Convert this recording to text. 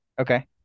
okay